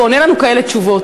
ועונה לנו כאלה תשובות?